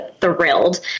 thrilled